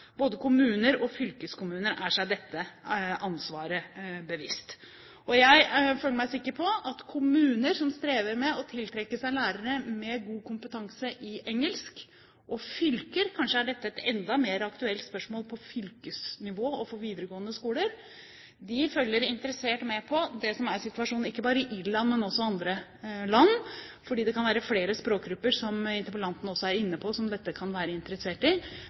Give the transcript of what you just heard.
Både kommuner og fylkeskommuner er seg dette ansvaret bevisst. Jeg føler meg sikker på at kommuner som strever med å tiltrekke seg lærere med god kompetanse i engelsk – kanskje er dette et enda mer aktuelt spørsmål på fylkesnivå og for videregående skoler – følger interessert med på situasjonen ikke bare i Irland, men også i andre land. Og det kan være flere språkgrupper, som interpellanten også var inne på, som kan være interessert i dette. Men det er bare kommunene og fylkeskommunene som har noen stillinger å tilby. I